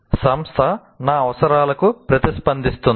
'సంస్థ నా అవసరాలకు ప్రతిస్పందిస్తుందా